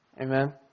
Amen